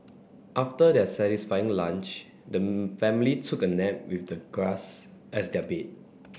after their satisfying lunch the family took a nap with the grass as their bed